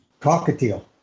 Cockatiel